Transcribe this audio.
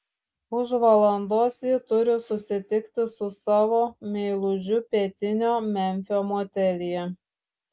už valandos ji turi susitikti su savo meilužiu pietinio memfio motelyje